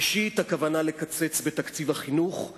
ראשית, הכוונה לקצץ בתקציב החינוך.